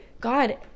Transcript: God